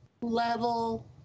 level